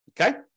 Okay